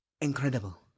incredible